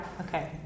okay